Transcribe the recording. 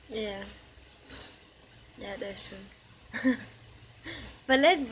yeah ya that is true but let's